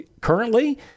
currently